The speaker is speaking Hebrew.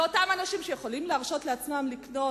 באותם אנשים שיכולים להרשות לעצמם לקנות?